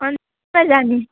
अनि कहाँ जाने